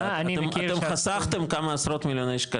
אתם חסכתם כמה עשרות מיליוני שקלים.